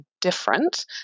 different